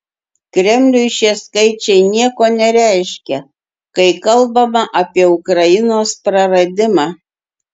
kremliui šie skaičiai nieko nereiškia kai kalbama apie ukrainos praradimą